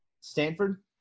Stanford